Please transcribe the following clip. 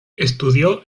estudió